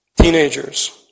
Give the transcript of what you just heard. Teenagers